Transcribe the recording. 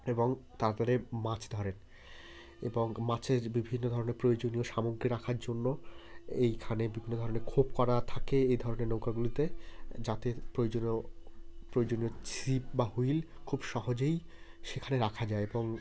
এবং তারা তাতে মাছ ধরেন এবং মাছের বিভিন্ন ধরনের প্রয়োজনীয় সামগ্রী রাখার জন্য এইখানে বিভিন্ন ধরনের খোপ করা থাকে এই ধরনের নৌকাগুলিতে যাতে প্রয়োজনীয় প্রয়োজনীয় ছিপ বা হুইল খুব সহজেই সেখানে রাখা যায় এবং